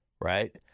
right